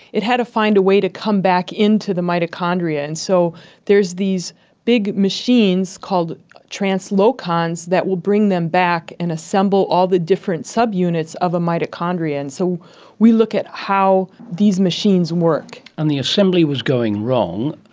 it had to find a way to come back into the mitochondria. and so there's these big machines called translocons that will bring them back and assemble all the different subunits of a mitochondria. and so we look at how these machines work. and the assembly was going wrong.